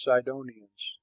Sidonians